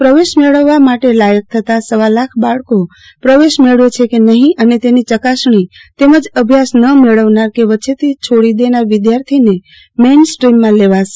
પ્રવેશ મેળવવા માટે લાયક થતાં સવા લાખ બાળકો પ્રવેશ મેળવે છે કે નફી તેની યકાસણી તેમજ અભ્યાસ ન મેળવનાર કે વચ્ચેથી છોડી દેનાર વિધાર્થીને મેઈન સ્ટ્રીમમાં લેવાશે